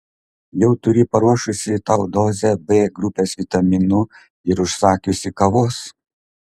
jau turi paruošusi tau dozę b grupės vitaminų ir užsakiusi kavos